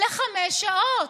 לחמש שעות,